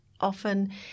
often